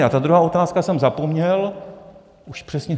A ta druhá otázka, to jsem zapomněl už přesně...